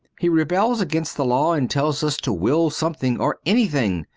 he rebels against the law and tells us to will something or anything.